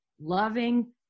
loving